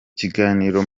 kiganiro